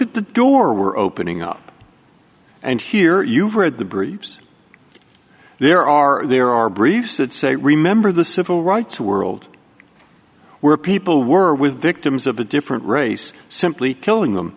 at the door we're opening up and here you've read the briefs there are there are briefs that say remember the civil rights world where people were with victims of a different race simply killing them